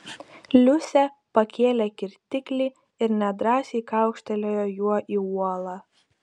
liusė pakėlė kirtiklį ir nedrąsiai kaukštelėjo juo į uolą